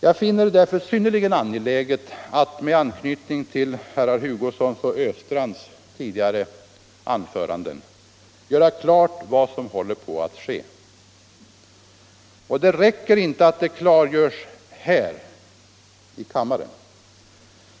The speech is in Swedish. Jag finner det därför synnerligen angeläget att — med anknytning till herrar Hugossons och Östrands tidigare anföranden — göra klart vad som håller på att ske. Och det räcker inte att det klargörs här i kammaren.